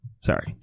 Sorry